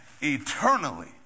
eternally